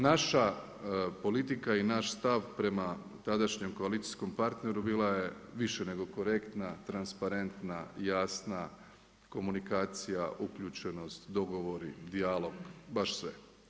Naša politika i naš stav prema tadašnjem koalicijskom partneru bila je više nego korektna, transparentna, jasna komunikacija, uključenost, dogovori, dijalog, baš sve.